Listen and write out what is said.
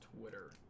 Twitter